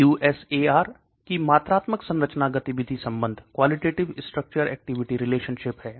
QSAR कि मात्रात्मक संरचना गतिविधि संबंध है